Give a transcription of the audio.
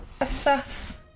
assess